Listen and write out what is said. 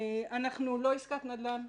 אנחנו לא עסקת נדל"ן.